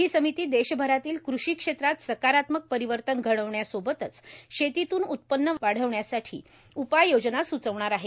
ही समिती देशभरातल्या कृषी क्षेत्रात सकारात्मक परिवर्तन घडवण्यासोबतच शेतीतून उत्पन्न वाढवण्यासाठी उपाययोजना सुचवणार आहे